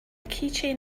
keychain